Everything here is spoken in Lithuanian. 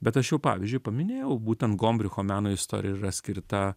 bet aš jau pavyzdžiui paminėjau būtent gombricho meno istorija yra skirta